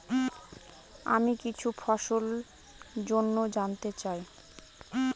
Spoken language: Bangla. আমি কিছু ফসল জন্য জানতে চাই